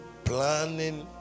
Planning